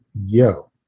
yo